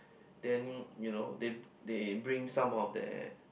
then you know they they bring some of that